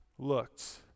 looked